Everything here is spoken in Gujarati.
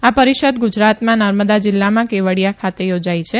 આ પરીષદ ગુજરાતમાં નર્મદા જીલ્લામાં કેવડીયા ખાતે યોજાઇ છે